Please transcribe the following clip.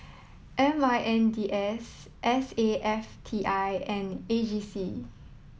M I N D S S A F T I and A G C